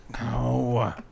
No